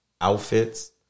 outfits